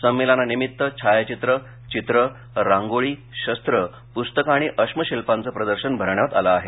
संमेलनानिमित्त छायाचित्र चित्रं रांगोळी शस्त्रं पुस्तकं आणि अश्म शिल्पांचं प्रदर्शन भरवण्यात आलं आहे